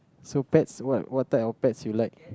so pets what what type of pets you like